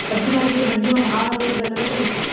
सब्जी भाजी के मंडी म भाव ह रोज बदलत रहिथे